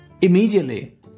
immediately